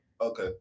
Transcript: okay